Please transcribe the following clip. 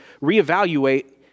reevaluate